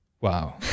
Wow